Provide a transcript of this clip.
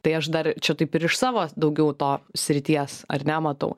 tai aš dar čia taip ir iš savo daugiau to srities ar ne matau